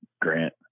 Grant